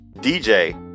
DJ